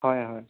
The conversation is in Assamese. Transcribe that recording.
হয় হয়